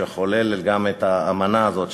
שחולל גם את האמנה הזאת,